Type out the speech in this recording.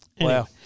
Wow